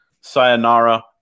Sayonara